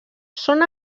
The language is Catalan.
són